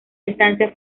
estancia